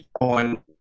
on